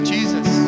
Jesus